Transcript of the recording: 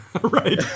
Right